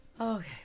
Okay